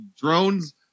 drones